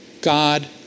God